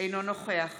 אינו נוכח